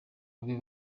babe